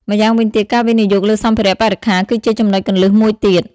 ម្យ៉ាងវិញទៀតការវិនិយោគលើសម្ភារៈបរិក្ខារ គឺជាចំណុចគន្លឹះមួយទៀត។